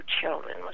children